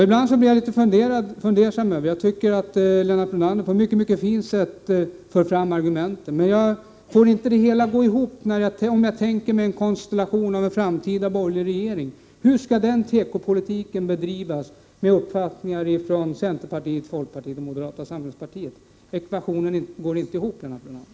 Ibland blir jag litet fundersam när jag hör Lennart Brunander. Jag tycker att han på ett mycket fint sätt för fram argumenten, men dessa kan knappast få genomslag i en framtida borgerlig regering. Hur skall den tekopolitik bedrivas där uppfattningar från centerpartiet, folkpartiet och moderata samlingspartiet skall jämkas? Ekvationen går inte ihop, Lennart Brunander.